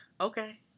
Okay